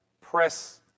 press